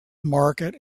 market